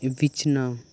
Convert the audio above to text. ᱵᱤᱪᱷᱟᱱᱟ